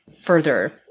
further